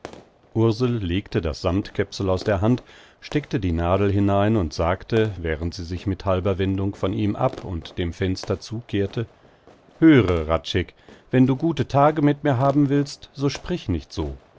ursel legte das sammtkäpsel aus der hand steckte die nadel hinein und sagte während sie sich mit halber wendung von ihm ab und dem fenster zukehrte höre hradscheck wenn du gute tage mit mir haben willst so sprich nicht so